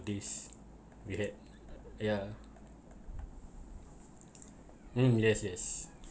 this we had yeah mm yes yes